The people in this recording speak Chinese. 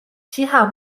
西汉